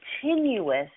continuous